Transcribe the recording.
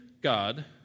God